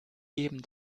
geben